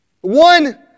one